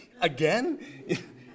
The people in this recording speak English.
again